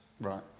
Right